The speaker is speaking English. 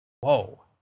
Whoa